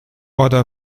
oder